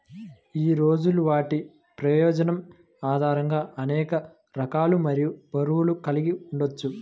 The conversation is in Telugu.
హీరోలు వాటి ప్రయోజనం ఆధారంగా అనేక రకాలు మరియు బరువులు కలిగి ఉండవచ్చు